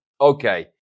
Okay